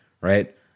right